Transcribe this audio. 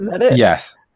Yes